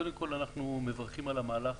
קודם כול, אנחנו מברכים על המהלך